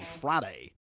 Friday